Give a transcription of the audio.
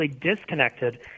disconnected